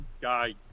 guy